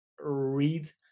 read